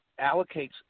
allocates